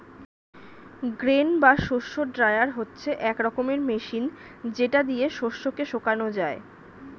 grain বা শস্য dryer হচ্ছে এক রকমের মেশিন যেটা দিয়ে শস্য কে শোকানো যায়